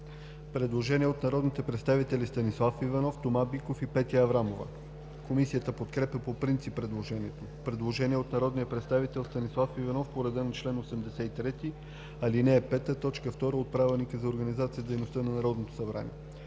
Предложение от народните представители Станислав Иванов, Тома Биков и Петя Аврамова. Комисията подкрепя по принцип предложението. Предложение от народния представител Станислав Иванов по реда на чл. 83, ал. 5, т. 2 от Правилника за организацията и дейността на Народното събрание.